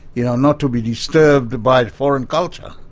you know, not to be disturbed by foreign culture,